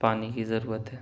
پانی کی ضرورت ہے